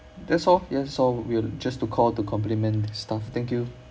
that's all that's all we'll just to call to compliment the staff thank you